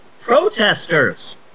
protesters